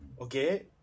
okay